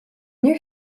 nie